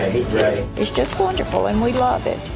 it is just wonderful and we love it.